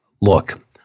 Look